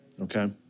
Okay